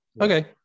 okay